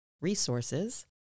resources